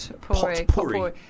Potpourri